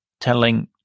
telling